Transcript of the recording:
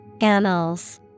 Annals